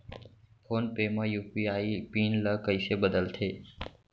Phone pay म UPI PIN ल कइसे बदलथे?